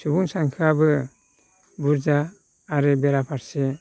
सुबुं सानखोआबो बुरजा आरो बेराफारसे